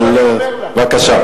בבקשה.